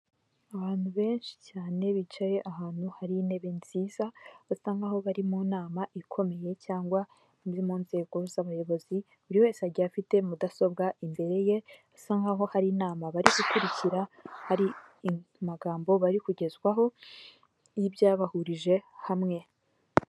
Abantu benshi cyane bicaye ahantu hari intebe nziza, basa nkaho bari mu nama ikomeye cyangwa mu nzego z'abayobozi buri wese agiye afite mudasobwa imbere ye, asa nkahoho hari inama bari gukurikira hari amagambo bari kugezwaho y'ibyabahurije hamwe.